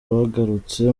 bagarutse